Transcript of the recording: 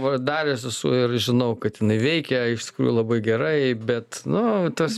va daręs esu ir žinau kad jinai veikia iš tikrųjų labai gerai bet nu tas